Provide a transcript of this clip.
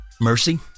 Mercy